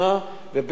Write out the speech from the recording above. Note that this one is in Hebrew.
תן לי את התאריך,